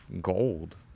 gold